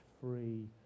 free